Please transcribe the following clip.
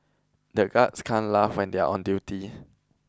the guards can't laugh when they are on duty